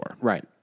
Right